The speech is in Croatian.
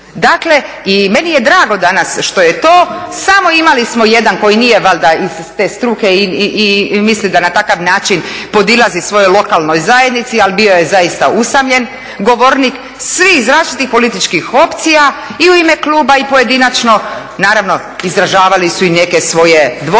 Dakle, i meni je drago danas što je to, samo imali smo jedan koji nije valjda iz te struke i misli da na takav način podilazi svojoj lokalnoj zajednici, ali bio zaista usamljen govornik, svi iz različitih političkih opcija i u ime kluba i pojedinačno, naravno izražavali su i neke svoje dvojbe,